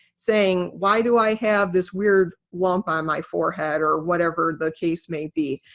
saying why do i have this weird lump on my forehead, or whatever the case may be.